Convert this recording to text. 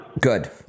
Good